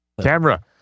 Camera